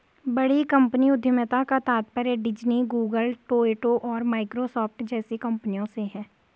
बड़ी कंपनी उद्यमिता का तात्पर्य डिज्नी, गूगल, टोयोटा और माइक्रोसॉफ्ट जैसी कंपनियों से है